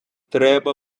треба